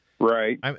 Right